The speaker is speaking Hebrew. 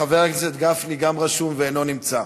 חבר הכנסת גפני גם רשום ואינו נמצא.